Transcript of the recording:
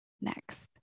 next